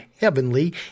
Heavenly